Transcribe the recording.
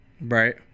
Right